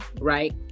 right